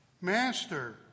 Master